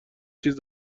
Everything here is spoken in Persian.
چیز